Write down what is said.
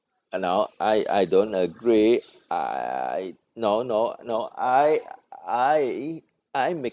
you know I I don't agree I no no no I I I make